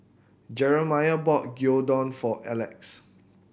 Jeremiah bought Gyudon for Alex